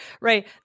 right